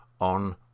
on